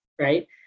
right